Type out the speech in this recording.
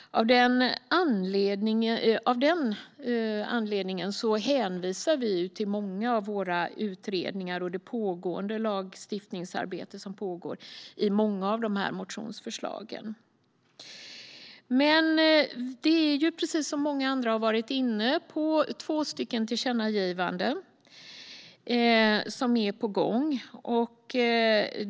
Av den anledningen hänvisar vi många av motionsförslagen till många utredningar och till det lagstiftningsarbete som pågår. Precis som många andra har varit inne på finns det två tillkännagivanden.